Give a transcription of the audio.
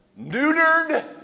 neutered